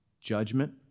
Judgment